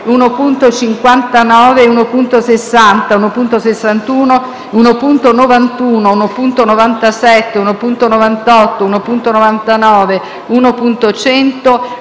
1.59, 1.60, 1.61, 1.91, 1.97, 1.98, 1.99, 1.100,